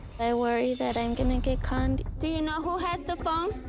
i worry that i'm gonna get conned. do you know who has the phone?